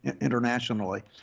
internationally